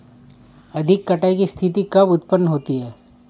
अधिक कटाई की स्थिति कब उतपन्न होती है?